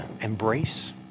embrace